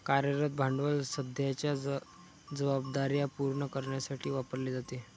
कार्यरत भांडवल सध्याच्या जबाबदार्या पूर्ण करण्यासाठी वापरले जाते